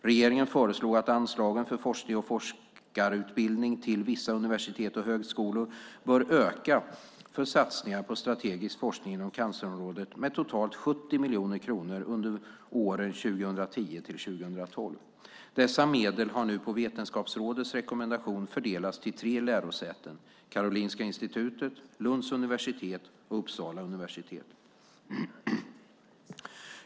Regeringen föreslog att anslagen för forskning och forskarutbildning till vissa universitet och högskolor bör öka för satsningar på strategisk forskning inom cancerområdet med totalt 70 miljoner kronor under åren 2010-2012. Dessa medel har nu på Vetenskapsrådets rekommendation fördelats till tre lärosäten, Karolinska Institutet, Lunds universitet och Uppsala universitet.